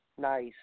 nice